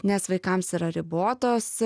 nes vaikams yra ribotos